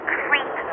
creep